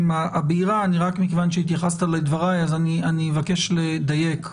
מכיוון שהתייחסת לדבריי אבקש לדייק: